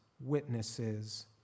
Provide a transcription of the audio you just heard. witnesses